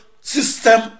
system